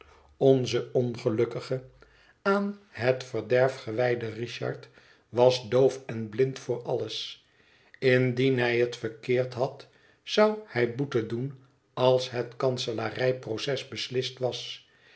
onze ongelukkige aan het verderf gewijde richard was doof en blind voor alles indien hij het verkeerd had zou hij boete doen als het kanselarij proces beslist was